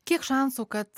kiek šansų kad